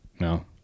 No